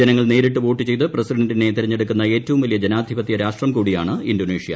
ജനങ്ങൾ നേരിട്ട് വോട്ടു ചെയ്ത് പ്രസിഡന്റിനെ തെരഞ്ഞെടുക്കുന്ന ഏറ്റവും വലിയ ജനാധിപത്യ രാഷ്ട്രം കൂടിയാണ് ഇന്തോനേഷ്യ